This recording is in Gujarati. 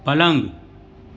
પલંગ